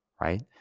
right